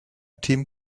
team